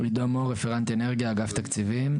עידו מור, רפרנט אנרגיה באגף תקציבים.